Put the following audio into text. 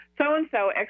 So-and-so